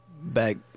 back